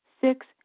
Six